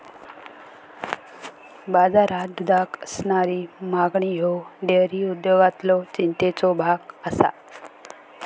बाजारात दुधाक असणारी मागणी ह्यो डेअरी उद्योगातलो चिंतेचो भाग आसा